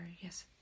yes